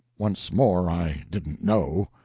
once more i didn't know.